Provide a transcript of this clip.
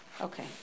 Okay